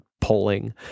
polling